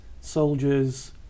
soldiers